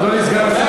אדוני סגן השר,